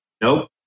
Nope